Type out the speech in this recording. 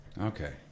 Okay